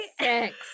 six